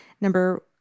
number